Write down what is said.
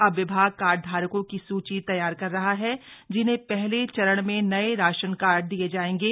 अब विभाग कार्ड धारकों की सूची तैयार कर रहा है जिन्हें हले चरण में नए राशन कार्ड दिए जाएंगे